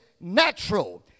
natural